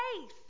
faith